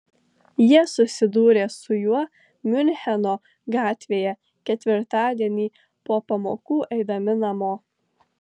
jie susidūrė su juo miuncheno gatvėje ketvirtadienį po pamokų eidami namo